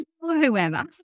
whoever